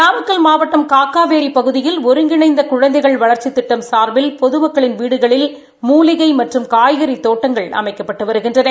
நாமக்கல் மாவட்டம் காக்காவேரி பகுதியில் ஒருங்கிணைந்த குழந்தைகள் வளா்ச்சித் திட்டம் சார்பில் பொதுமக்களின் வீடுகளில் மூலிகை மற்றும் காய்றகறி தோட்டங்கள் அமைக்கப்பட்டு வருகின்றன